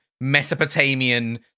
Mesopotamian